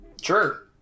Sure